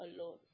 alone